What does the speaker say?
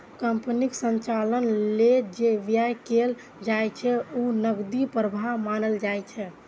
कंपनीक संचालन लेल जे व्यय कैल जाइ छै, ओ नकदी प्रवाह मानल जाइ छै